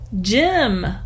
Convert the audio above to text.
Jim